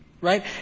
right